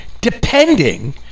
depending